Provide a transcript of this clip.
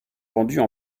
vendues